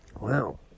Wow